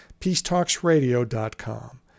peacetalksradio.com